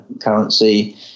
currency